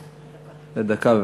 לדקה.